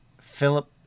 Philip